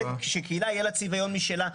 שקהילה יהיה לה צביון משלה.